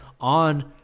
on